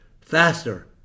faster